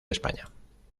españa